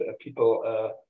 people